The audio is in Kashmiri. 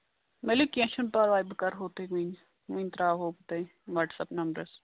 ؤلِو کیٚنٛہہ چھُنہٕ پَرواے بہٕ کَرٕہو تۄہہِ وٕنۍ وٕنۍ ترٛاوہو بہٕ تۄہہِ وَٹسیپ نمبرَس